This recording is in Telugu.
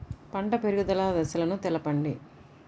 పంట పెరుగుదల దశలను తెలపండి?